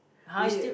we still